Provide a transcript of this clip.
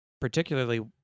particularly